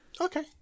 Okay